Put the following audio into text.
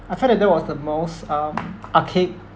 I feel that that was the most um I think